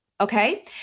Okay